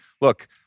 look